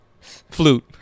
Flute